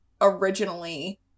originally